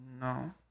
no